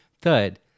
Third